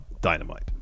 dynamite